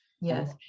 yes